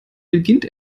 beginnt